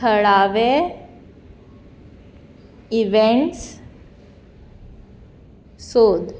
थळावे इव्हेंट्स सोद